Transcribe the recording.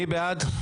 מי בעד?